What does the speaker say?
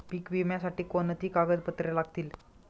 पीक विम्यासाठी कोणती कागदपत्रे लागतील?